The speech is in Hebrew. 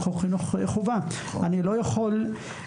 אני גם רוצה לציין,